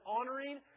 honoring